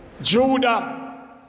judah